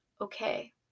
okay